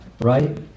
right